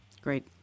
Great